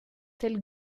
tel